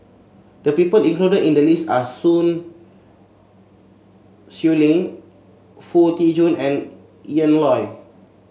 the people included in the list are Sun Xueling Foo Tee Jun and Ian Loy